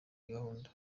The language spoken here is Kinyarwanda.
gahunda